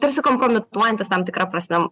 tarsi kompromituojantis tam tikra prasme